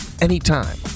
Anytime